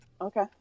Okay